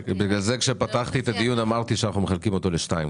בגלל זה כשפתחתי את הדיון אמרתי שאנחנו מחלקים אותו לשניים,